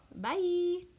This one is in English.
Bye